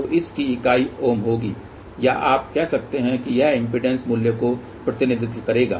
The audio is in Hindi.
तो इस की इकाई ओम होगी या आप कह सकते हैं कि यह इम्पीडेन्स मूल्य का प्रतिनिधित्व करेगा